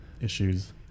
issues